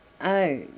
Oh